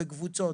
הקבוצות,